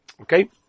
Okay